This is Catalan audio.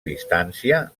distància